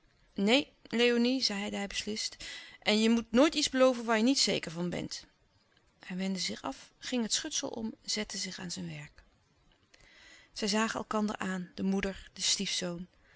neen léonie zeide hij beslist en je moet nooit iets belooven waar je niet zeker van bent hij wendde zich af ging het schutsel om zette zich aan zijn werk zij zagen elkander aan de moeder de stiefzoon